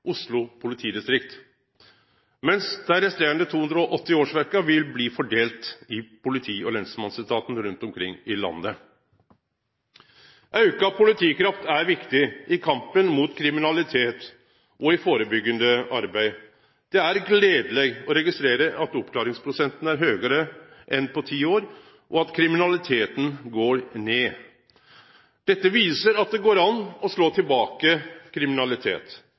Oslo politidistrikt, mens dei resterande 280 årsverka vil bli fordelte i politi- og lensmannsetaten rundt omkring i landet. Auka politikraft er viktig i kampen mot kriminalitet og i førebyggjande arbeid. Det er gledeleg å registrere at oppklaringsprosenten er høgare enn på ti år, og at kriminaliteten går ned. Dette viser at det går an å slå tilbake kriminalitet.